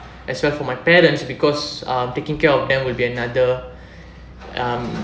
as well for my parents because I'm taking care of them would be another um